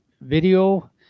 video